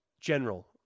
general